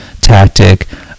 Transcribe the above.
tactic